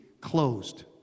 closed